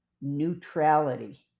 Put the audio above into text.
neutrality